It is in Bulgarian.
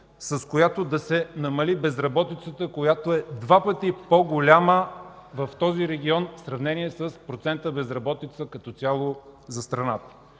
с която да се намали безработицата, която е два пъти по-голяма в този регион, в сравнение с процента безработица като цяло за страната?